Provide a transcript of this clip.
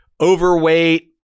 overweight